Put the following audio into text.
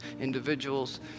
individuals